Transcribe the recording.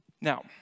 Now